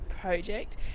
project